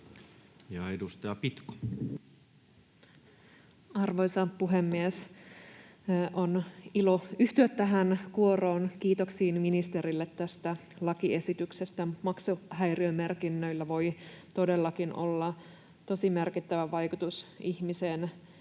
Content: Arvoisa puhemies! On ilo yhtyä tähän kuoroon ja kiitoksiin ministerille tästä lakiesityksestä. Maksuhäiriömerkinnöillä voi todellakin olla tosi merkittävä vaikutus ihmisen